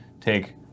take